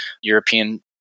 European